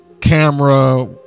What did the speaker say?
camera